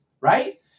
right